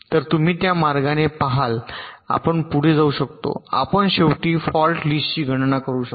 तर तुम्ही त्या मार्गाने पहाल आपण पुढे जाऊ शकता आपण शेवटी फॉल्ट लिस्टची गणना करू शकता